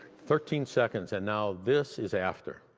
thirteen seconds. and now this is after.